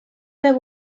there